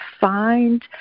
Find